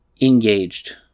engaged